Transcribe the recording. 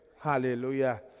hallelujah